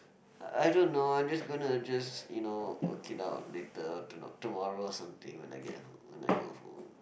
I don't know I'm just gonna to just you know work it out later t~ tomorrow or something when I get home when I go home